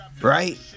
right